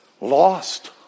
lost